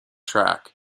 track